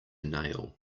nail